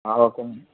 okay అండి